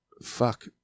fuck